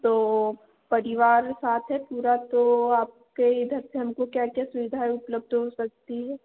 तो परिवार साथ है पूरा तो आपके इधर से हमको क्या क्या सुविधा उपलब्ध हो सकती हैं